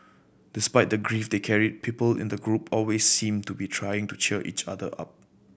despite the grief they carried people in the group always seemed to be trying to cheer each other up